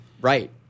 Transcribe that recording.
Right